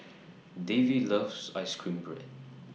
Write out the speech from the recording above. Davy loves Ice Cream Bread